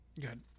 Good